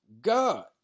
God